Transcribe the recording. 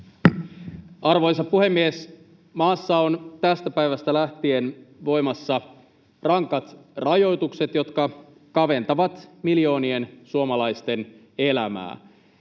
Arvoisa puhemies! Maassa on tästä päivästä lähtien voimassa rankat rajoitukset, jotka kaventavat miljoonien suomalaisten elämää.